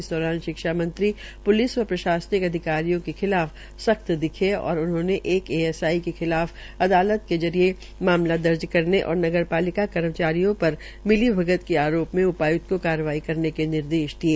इस दौरान शिक्षा मंत्री प्लिस व प्रशासनिक अधिकारियों के खिलाफ सख्त दिखे और उन्होंने एक एएसाई के खिलाफ अदालत के माध्यम से मामला दर्ज करने और नगर पालिका कर्मचारियों पर मिलीभगत के आरोप में उपाय्क्त को कार्यवाई के निर्देश दिए